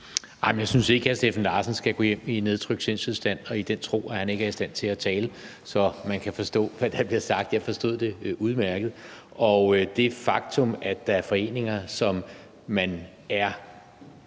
Jeg synes ikke, hr. Steffen Larsen skal gå hjem i nedtrykt sindstilstand i den tro, at han ikke er i stand til at tale, så man kan forstå, hvad der bliver sagt. Jeg forstod det udmærket. Det faktum, at der er foreninger, som man er